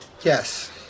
Yes